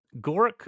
gork